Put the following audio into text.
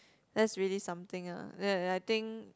that's really something ah I think